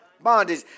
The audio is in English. Bondage